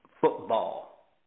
football